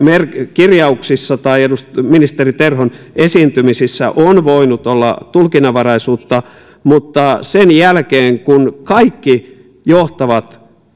kirjauksissa tai ministeri terhon esiintymisissä on voinut olla tulkinnanvaraisuutta mutta sen jälkeen kun kaikki johtavat